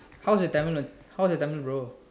how's your Tamil one how's your Tamil bro